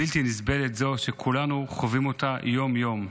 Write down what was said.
זו מציאות בלתי נסבלת שכולנו חווים אותה יום-יום.